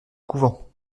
couvent